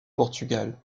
portugal